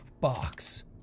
box